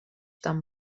tan